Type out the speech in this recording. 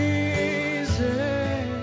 easy